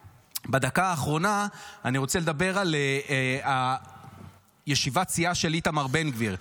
בדקה האחרונה אני רוצה לדבר על ישיבת סיעה של איתמר בן גביר,